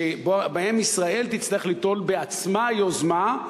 שבהם ישראל תצטרך ליטול בעצמה יוזמה.